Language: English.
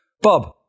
Bob